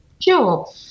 Sure